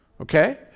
Okay